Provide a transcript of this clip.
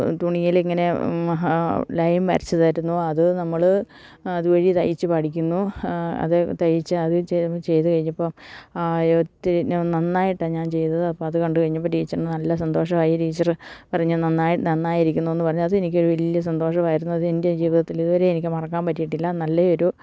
തുണിയിലിങ്ങനെ line വരച്ചതായിരുന്നു അത് നമ്മള് അതുവഴി തയ്ച്ച് പഠിക്കുന്നു അത് തയ്ച്ച് അത് ചെയ്തുകഴിഞ്ഞപ്പോള് ഒത്തിരി നന്നായിട്ടാണ് ഞാൻ ചെയ്തത് അപ്പോള് അത് കണ്ടുകഴിഞ്ഞപ്പോള് ടീച്ചറിന് നല്ല സന്തോഷമായി ടീച്ചര് പറഞ്ഞു നന്നായിരിക്കുന്നുവെന്ന് പറഞ്ഞു അത് എനിക്കൊരു വലിയ സന്തോഷമായിരുന്നു അതെൻ്റെ ജീവിതത്തിലിതുവരെ എനിക്ക് മറക്കാൻ പറ്റിയിട്ടില്ല നല്ലൊരു